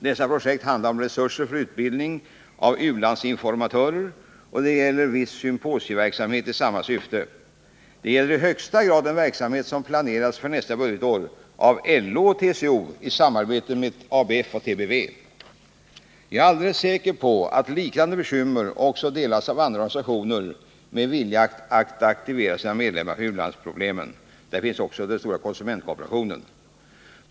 Dessa projekt handlar om resurser för utbildning av u-landsinformatörer och viss symposieverksamhet i samma syfte. Det gäller i högsta grad en verksamhet som planeras för nästa budgetår av LO och TCO i samarbete med ABF och TBV. Jag är alldeles säker på att liknande bekymmer också delas av andra organisationer med vilja att aktivera sina medlemmar för u-landsproblemen. Där finns också den stora konsumentkooperationen.